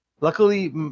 Luckily